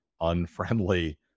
unfriendly